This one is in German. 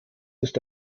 ist